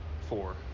Four